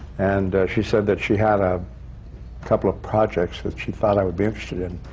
and she said that she had a couple of projects that she thought i'd be interested in.